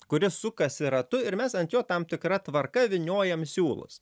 kuris sukasi ratu ir mes ant jo tam tikra tvarka vyniojam siūlus